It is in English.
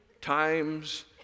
times